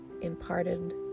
imparted